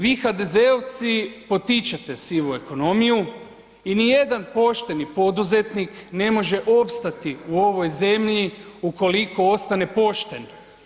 Vi HDZ-ovci potičete sivu ekonomiju i ni jedan pošteni poduzetnik ne može opstati u ovoj zemlji ukoliko ostane pošten.